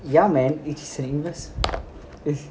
ya man it's singers